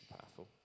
powerful